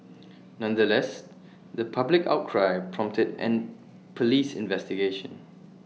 nonetheless the public outcry prompted an Police investigation